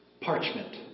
parchment